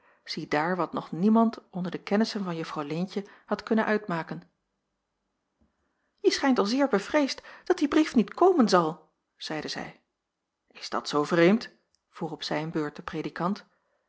ziedaar wat nog niemand onder de kennissen van juffrouw leentje had kunnen uitmaken je schijnt al zeer bevreesd dat die brief niet komen zal zeide zij is dat zoo vreemd vroeg op zijne beurt de